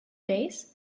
days